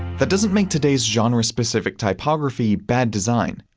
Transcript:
that doesn't make today's genre-specific typography bad design.